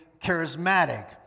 charismatic